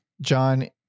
John